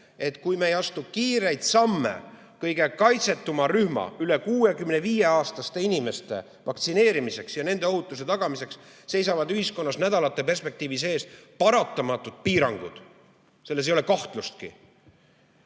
et kui me ei astu kiireid samme kõige kaitsetuma rühma, üle 65‑aastaste inimeste vaktsineerimiseks ja nende ohutuse tagamiseks, siis seisavad ühiskonnas ees paratamatud [kestvad piirangud]. Selles ei ole kahtlustki.